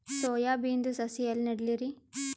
Soya ಬಿನದು ಸಸಿ ಎಲ್ಲಿ ನೆಡಲಿರಿ?